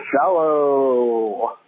shallow